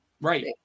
right